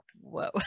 whoa